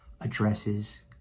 addresses